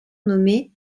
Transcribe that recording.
nommé